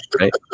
Right